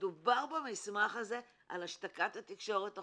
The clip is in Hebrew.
מדובר במסמך הזה על השתקת התקשורת החופשית,